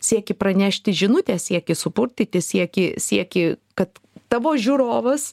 sieki pranešti žinutę sieki supurtyti sieki sieki kad tavo žiūrovas